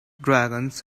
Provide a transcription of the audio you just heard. dragons